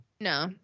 No